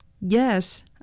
Yes